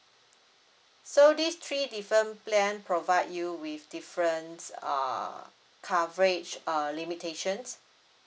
so these three different plan provide you with different uh coverage uh limitations